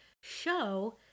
show